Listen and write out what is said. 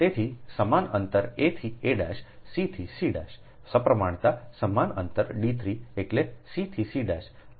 તેથી સમાન અંતર a થી a' c થી c' સપ્રમાણતા સમાન અંતર d 3 એટલે c થી c' અહીં પણ d3